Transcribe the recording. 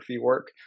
work